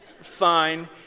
Fine